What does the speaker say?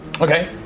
Okay